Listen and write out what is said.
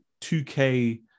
2K